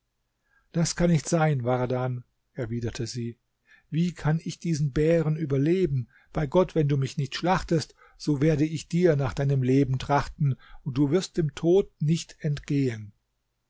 das kann nicht sein wardan erwiderte sie wie kann ich diesen bären überleben bei gott wenn du mich nicht schlachtest so werde ich dir nach deinem leben trachten und du wirst dem tod nicht entgehen